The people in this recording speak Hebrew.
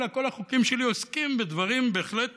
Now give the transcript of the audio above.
אלא כל החוקים שלי עוסקים בדברים בהחלט